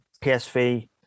PSV